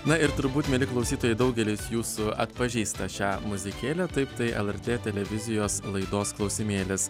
na ir turbūt mieli klausytojai daugelis jūsų atpažįsta šią muzikėlę taip tai lrt televizijos laidos klausimėlis